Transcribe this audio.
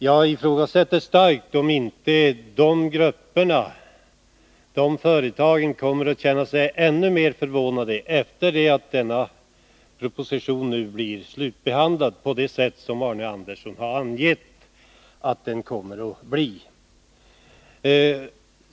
Jag har en stark känsla av att de här grupperna och företagen kommer att känna sig ännu mer förvånade efter det att propositionen nu blir slutbehandlad, om det sker på det sätt som Arne Andersson har talat för.